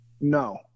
No